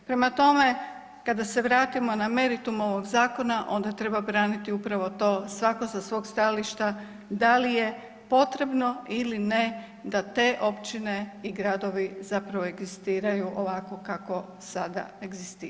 Prema tome, kada se vratimo na meritum ovog zakona onda treba braniti upravo to svatko sa svog stajališta da li je potrebno ili ne da te općine i gradovi zapravo egzistiraju ovako kako sada egzistiraju.